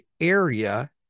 area